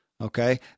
Okay